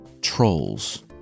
trolls